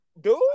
dude